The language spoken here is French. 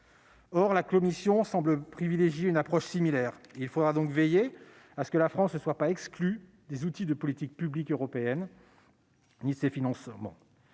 La Commission semble privilégier une approche similaire. Il faudra donc veiller à ce que la France ne soit pas exclue des outils de politique publique ni des financements